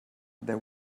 there